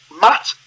Matt